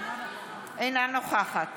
אינה נוכחת